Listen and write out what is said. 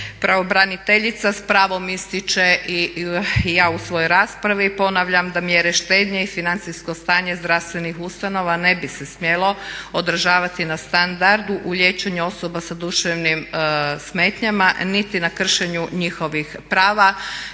Pravobraniteljica sa pravom ističe i ja u svojoj raspravi ponavljam da mjere štednje i financijsko stanje zdravstvenih ustanova ne bi se smjelo odražavati na standard u liječenju osoba sa duševnim smetnjama niti na kršenju njihovih prava.